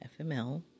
fml